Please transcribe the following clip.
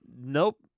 Nope